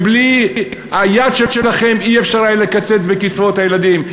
ובלי היד שלכם לא היה אפשר לקצץ בקצבאות הילדים.